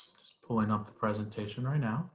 pulling up the presentation right now.